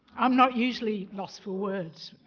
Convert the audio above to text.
i'm not usually lost for words,